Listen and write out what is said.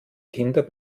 kinder